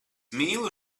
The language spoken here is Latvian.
mīlu